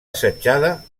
assetjada